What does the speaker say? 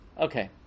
okay